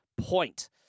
point